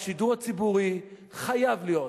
שהשידור הציבורי חייב להיות